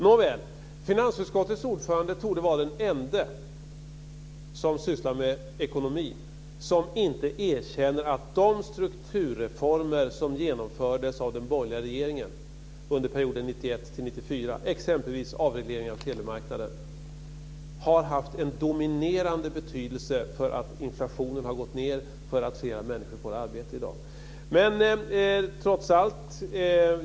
Nåväl, finansutskottets ordförande torde vara den ende som sysslar med ekonomi som inte erkänner att de strukturreformer som genomfördes av den borgerliga regeringen under perioden 1991-1994, exempelvis avregleringen av telemarknaden, har haft en dominerande betydelse för att inflationen har gått ned och för att fler människor får arbete i dag.